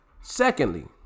Secondly